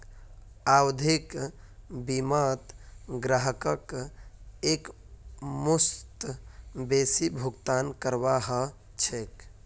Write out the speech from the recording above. आवधिक बीमात ग्राहकक एकमुश्त बेसी भुगतान करवा ह छेक